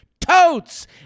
totes